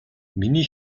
миний